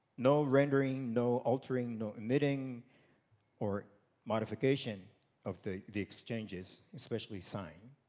no rendering, no altering, no omitting or modification of the the exchanges, especially sign.